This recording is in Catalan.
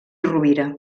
rovira